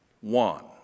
one